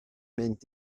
mynd